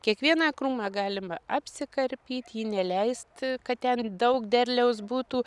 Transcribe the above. kiekvieną krūmą galima apsikarpyt jį neleisti kad ten daug derliaus būtų